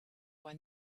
won